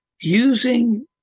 using